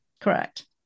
Correct